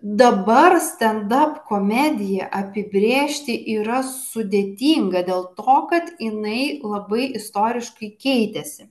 dabar stendap komediją apibrėžti yra sudėtinga dėl to kad jinai labai istoriškai keitėsi